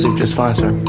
um just fine sir.